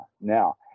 Now